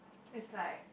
it's like